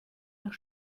nach